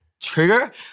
Trigger